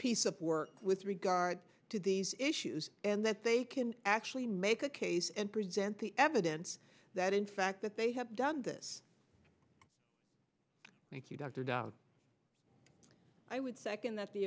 piece of work with regard to these issues and that they can actually make a case and present the evidence that in fact that they have done this thank you dr down i would second that the